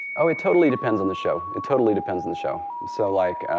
ah it totally depends on the show. it totally depends on the show. so like